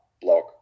blog